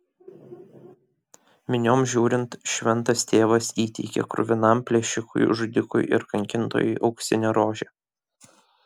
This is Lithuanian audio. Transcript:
minioms žiūrint šventas tėvas įteikė kruvinam plėšikui žudikui ir kankintojui auksinę rožę